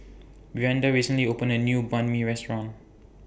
Brianda recently opened A New Banh MI Restaurant